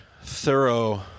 thorough